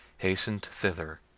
hastened thither,